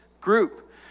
group